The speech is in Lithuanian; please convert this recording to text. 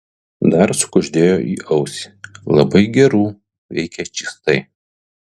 dar sukuždėjo į ausį labai gerų veikia čystai